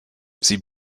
sie